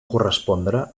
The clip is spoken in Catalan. correspondre